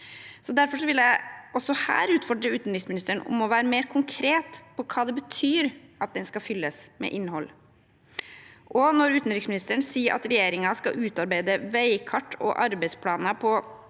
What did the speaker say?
Derfor vil jeg også her utfordre utenriksministeren til å være mer konkret på hva det betyr at den skal fylles med innhold. Og når utenriksministeren sier at regjeringen skal utarbeide veikart og arbeidsplaner på